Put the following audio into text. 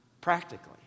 Practically